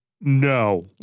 No